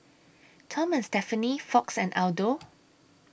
Tom and Stephanie Fox and Aldo